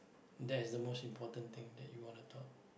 that is the most important thing that you wanna talk